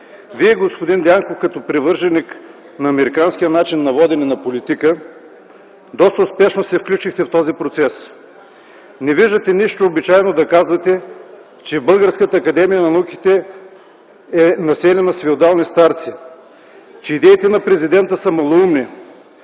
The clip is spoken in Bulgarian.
Вие, господин Дянков, като привърженик на американския начин на водене на политика доста успешно се включихте в този процес. Не виждате нищо необичайно да казвате, че Българската академия на науките е населена с феодални старци; че идеите на Президента са малоумни;